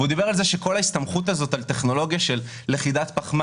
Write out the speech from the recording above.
והוא דיבר על כך שכל ההסתמכות על טכנולוגיה של לכידת פחמן,